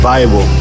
Bible